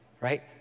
right